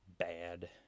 Bad